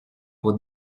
pour